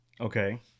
okay